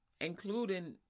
including